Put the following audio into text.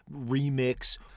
remix